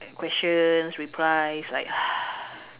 questions replies like